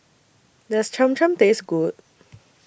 Does Cham Cham Taste Good